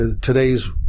Today's